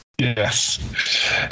yes